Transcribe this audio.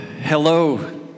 hello